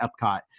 Epcot